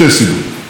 הסיבה הראשונה,